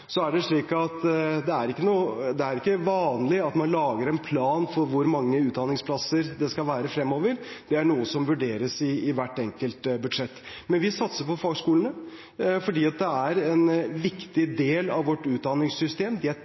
Så er det ikke vanlig at man lager en plan for hvor mange utdanningsplasser det skal være fremover; det er noe som vurderes i hvert enkelt budsjett. Men vi satser på fagskolene, for de er en viktig del av vårt utdanningssystem.